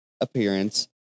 appearance